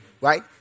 right